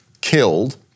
killed